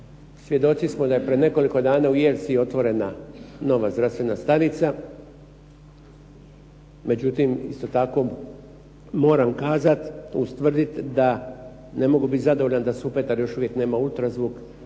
Svjedoci smo da je prije nekoliko dana u Jelsi otvorena nova zdravstvena stanica. Međutim, isto tako moram kazat, ustvrdit da ne mogu biti zadovoljan da Supetar još uvijek nema ultrazvuk